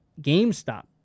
GameStop